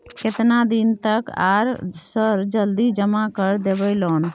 केतना दिन तक आर सर जल्दी जमा कर देबै लोन?